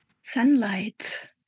sunlight